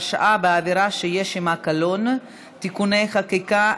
הרשעה בעבירה שיש עימה קלון (תיקוני חקיקה),